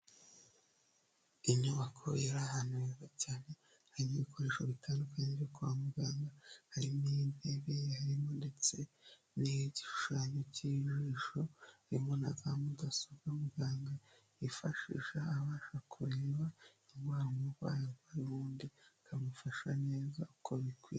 Inyubako iri ahantu heza cyane hari ibikoresho bitandukanye byo kwa muganga, harimo intebe, harimo ndetse n'igishushanyo cy'ijisho, harimo na za mudasobwa muganga yifashisha abasha kureba indwara umurwayi arwaye ubundi akamufasha neza uko bikwiye.